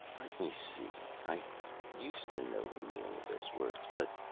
let me see. i used to know the meaning of those words, but.